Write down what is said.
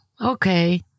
okay